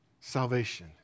salvation